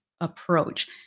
approach